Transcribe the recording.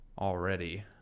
already